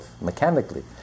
mechanically